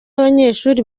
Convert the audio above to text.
abanyeshuri